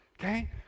okay